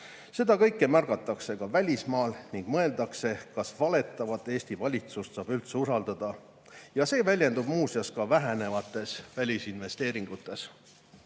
saa. Seda kõike märgatakse ka välismaal ning mõeldakse, kas valetavat Eesti valitsust saab üldse usaldada. Ja see väljendub muuseas ka vähenevates välisinvesteeringutes.